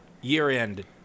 year-end